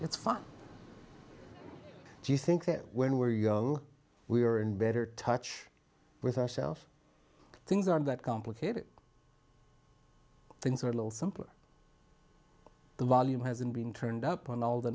it's fun do you think that when we're young we are in better touch with ourself things are that complicated things are a little simpler the volume hasn't been turned up on all the